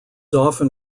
often